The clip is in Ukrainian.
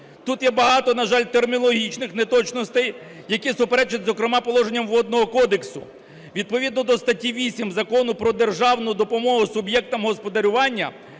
Тут є багато, на жаль, термінологічних неточностей, які суперечать, зокрема, положенням Водного кодексу. Відповідно до статті 8 Закону "Про державну допомогу суб'єктам господарювання"